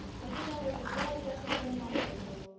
so dinner was as well dressed as any i ever saw.